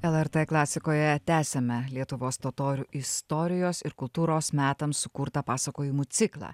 lrt klasikoje tęsiame lietuvos totorių istorijos ir kultūros metams sukurtą pasakojimų ciklą